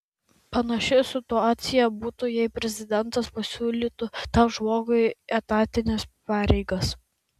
panaši situacija būtų jei prezidentas pasiūlytų tam žmogui etatines pareigas